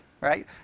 right